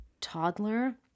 toddler